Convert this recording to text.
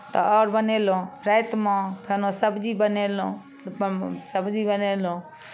तऽ आओर बनेलहुँ रातिमे फेनो सब्जी बनेलहुँ सब्जी बनेलहुँ